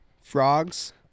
Frogs